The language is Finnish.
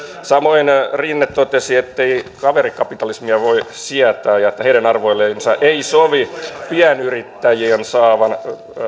samoin rinne totesi ettei kaverikapitalismia voi sietää ja ja että heidän arvoillensa ei sovi pienyrittäjien saama